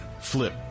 flip